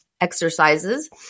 exercises